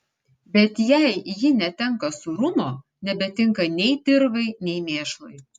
bet jei ji netenka sūrumo nebetinka nei dirvai nei mėšlui